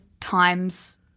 times